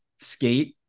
skate